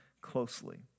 closely